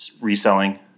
reselling